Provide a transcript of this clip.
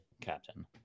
Captain